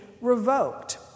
revoked